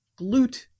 glute